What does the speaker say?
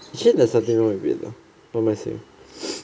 actually there's nothing wrong with it lah what am I saying